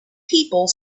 people